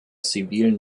zivilen